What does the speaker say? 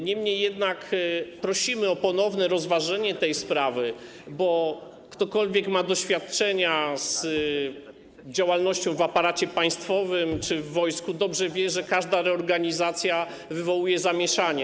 Niemniej jednak prosimy o ponowne rozważenie tej sprawy, bo każdy, kto ma doświadczenia z działalnością w aparacie państwowym czy w wojsku, dobrze wie, że każda reorganizacja wywołuje zamieszanie.